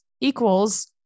equals